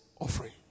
offering